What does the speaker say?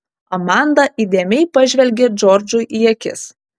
amanda įdėmiai pažvelgė džordžui į akis